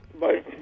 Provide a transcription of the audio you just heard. Bye